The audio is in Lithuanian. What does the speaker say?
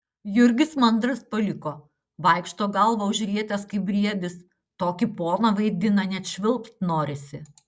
jurgis mandras paliko vaikšto galvą užrietęs kaip briedis tokį poną vaidina net švilpt norisi